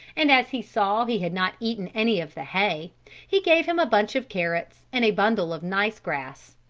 and as he saw he had not eaten any of the hay he gave him a bunch of carrots and a bundle of nice grass.